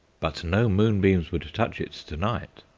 but no moonbeams would touch it to-night!